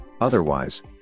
Otherwise